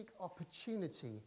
opportunity